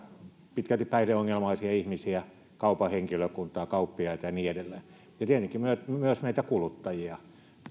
pitkälti päihdeongelmaisia ihmisiä kaupan henkilökuntaa kauppiaita ja niin edelleen ja tietenkin myös meitä kuluttajia